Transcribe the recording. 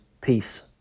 peace